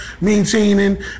maintaining